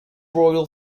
royal